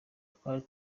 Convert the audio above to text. twari